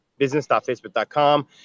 business.facebook.com